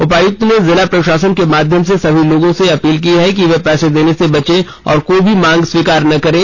उपायुक्त ने जिला प्रशासन के माध्यम से सभी लोगों से अपील की है कि वे पैसे देने से बचें और कोई भी मांग स्वीकार ना करें